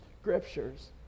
scriptures